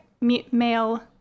male